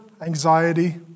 anxiety